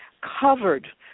covered